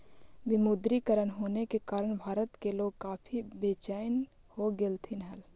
विमुद्रीकरण होने के कारण भारत के लोग काफी बेचेन हो गेलथिन हल